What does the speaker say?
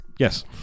Yes